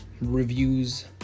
reviews